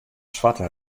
swarte